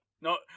no